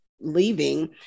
leaving